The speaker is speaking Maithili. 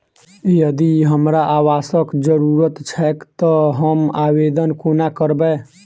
यदि हमरा आवासक जरुरत छैक तऽ हम आवेदन कोना करबै?